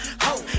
ho